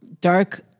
dark